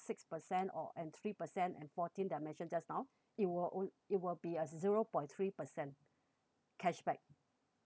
six percent or and three percent and fourteen that I mentioned just now it will o~ it will be a zero point three percent cashback